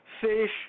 fish